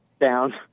down